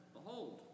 Behold